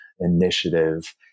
initiative